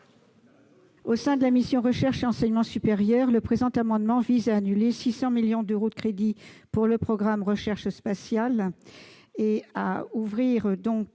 Au sein de la mission « Recherche et enseignement supérieur », le présent amendement vise à annuler 600 millions d'euros de crédits pour le programme « Recherche spatiale » pour ouvrir 300